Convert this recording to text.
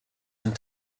and